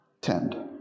tend